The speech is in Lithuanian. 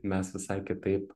mes visai kitaip